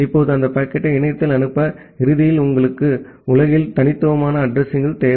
இப்போது அந்த பாக்கெட்டை இணையத்தில் அனுப்ப இறுதியில் உங்களுக்கு உலகில் தனித்துவமான அட்ரஸிங்கள் தேவை